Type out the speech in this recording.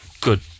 good